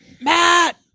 Matt